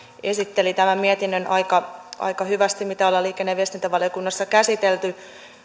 esitteli tämän mietinnön aika aika hyvästi mitä ollaan liikenne ja viestintävaliokunnassa käsitelty